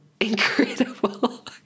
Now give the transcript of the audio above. Incredible